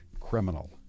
criminal